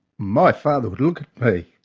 my father would look at me